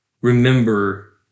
remember